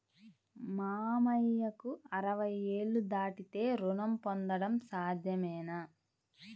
మామయ్యకు అరవై ఏళ్లు దాటితే రుణం పొందడం సాధ్యమేనా?